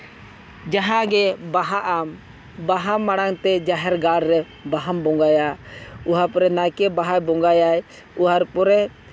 ᱡᱟᱦᱟᱸᱜᱮ ᱵᱟᱦᱟᱜᱼᱟᱢ ᱵᱟᱦᱟ ᱢᱟᱲᱟᱝᱛᱮ ᱡᱟᱦᱮᱨ ᱜᱟᱲᱨᱮ ᱵᱟᱦᱟᱢ ᱵᱚᱸᱜᱟᱭᱟ ᱚᱱᱟ ᱯᱚᱨᱮ ᱱᱟᱭᱠᱮ ᱵᱟᱦᱟᱭ ᱵᱚᱸᱜᱟᱭᱟᱭ ᱩᱣᱟᱨ ᱯᱚᱨᱮ